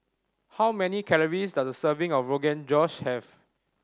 how many calories does a serving of Rogan Josh have